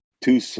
two